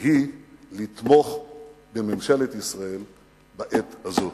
והיא לתמוך בממשלת ישראל בעת הזאת.